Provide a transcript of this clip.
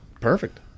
Perfect